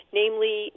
namely